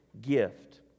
gift